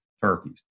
turkeys